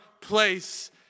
place